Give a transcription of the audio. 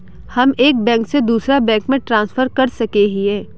हम एक बैंक से दूसरा बैंक में ट्रांसफर कर सके हिये?